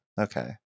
Okay